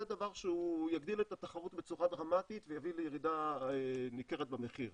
זה דבר שיגדיל את התחרות בצורה דרמטית ויביא לירידה ניכרת במחיר.